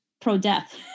pro-death